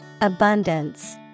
Abundance